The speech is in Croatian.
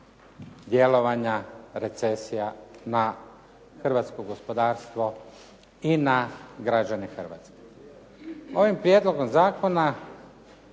djelovanja recesija na hrvatsko gospodarstvo i na građane hrvatske. Ovim prijedlogom zakona